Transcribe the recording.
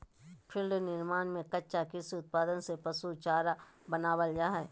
feed निर्माण में कच्चा कृषि उत्पाद से पशु चारा बनावल जा हइ